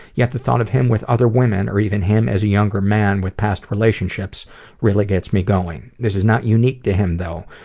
yet the thought of him with other women, or even him as a younger man with past relationships really gets me going. this is not unique to him though.